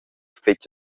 fetg